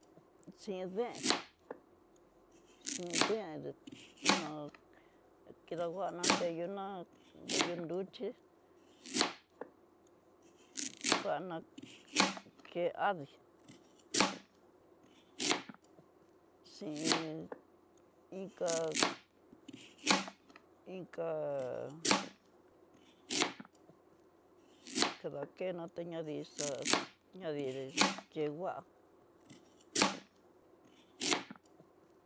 Xhin déen xhín déen no kidakuana nroyoná neoyó nruxhii, kuana ké adii, xhin inka inka kadakena te ná dixa'a ñadi'í ke ngua.